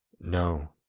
no!